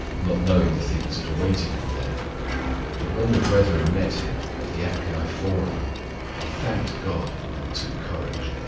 not knowing the things that awaited him there but when the brethren met him at the appii forum he thanked god and took courage.